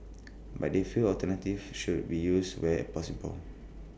but they feel alternatives should be used where possible